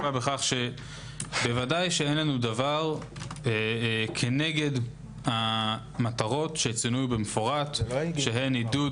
בוודאי שאין לנו דבר כנגד המטרות שצוינו במפורט שהן עידוד